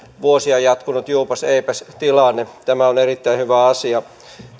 vuosia jatkunut juupas eipäs tilanne tämä on erittäin hyvä asia